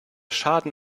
schaden